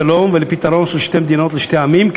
לשלום ולפתרון של שתי מדינות לשני עמים,